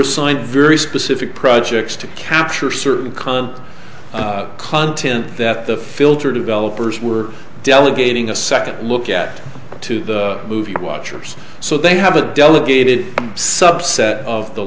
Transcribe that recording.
assigned very specific projects to capture certain con content that the filter developers were delegating a second look at to the movie watchers so they have a delegated subset of the